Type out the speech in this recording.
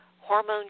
hormone